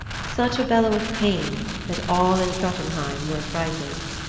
such a bellow of pain that all in jotunheim were affrighted.